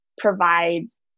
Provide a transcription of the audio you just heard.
Provides